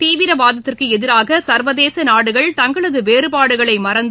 தீவிரவாதத்திற்கு எதிராக சர்வதேச நாடுகள் தங்களது வேறுபாடுகளை மறந்து